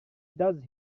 does